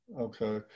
Okay